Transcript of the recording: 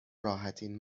راحتین